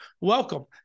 Welcome